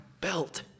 belt